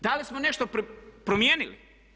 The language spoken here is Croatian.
Da li smo nešto promijenili?